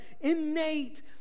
innate